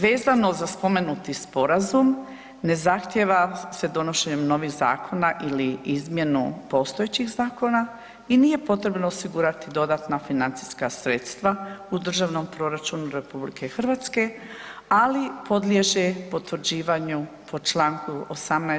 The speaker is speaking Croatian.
Vezano za spomenuti sporazum, ne zahtjeva se donošenjem novih zakona ili izmjenu postojećih zakona, i nije potrebno osigurati dodatna financijska sredstva u državnom proračunu RH, ali podliježe potvrđivanju po čl. 18.